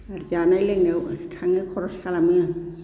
जानाय लोंनायाव थाङो खरस खालामो